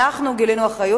אנחנו גילינו אחריות,